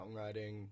songwriting